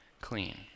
clean